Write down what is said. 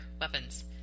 weapons